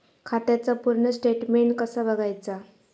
खात्याचा पूर्ण स्टेटमेट कसा बगायचा?